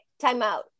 timeout